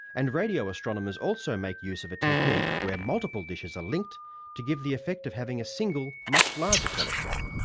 and radio astronomers also make use of a technique where multiple dishes are linked to give the effect of having a single much larger telescope.